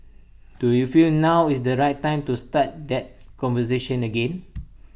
do you feel now is the right time to start that conversation again